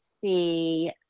see